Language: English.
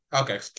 Okay